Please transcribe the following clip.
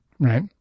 Right